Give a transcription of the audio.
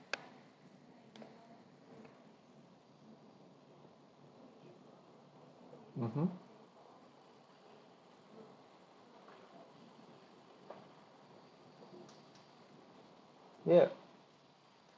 mmhmm yeah